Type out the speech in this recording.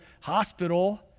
Hospital